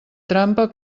trampa